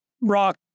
rock